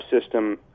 system